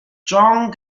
chong